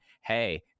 hey